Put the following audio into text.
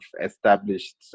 established